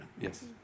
Yes